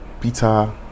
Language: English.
peter